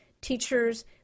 teachers